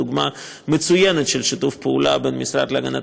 דוגמה מצוינת לשיתוף פעולה בין המשרד להגנת